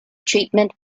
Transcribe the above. treatment